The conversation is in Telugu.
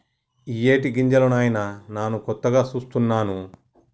ఇయ్యేటి గింజలు నాయిన నాను కొత్తగా సూస్తున్నాను